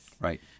Right